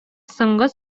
соңгы